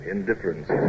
Indifference